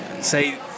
say